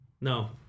No